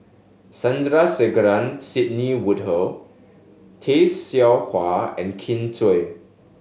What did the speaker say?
Sandrasegaran Sidney Woodhull Tay Seow Huah and Kin Chui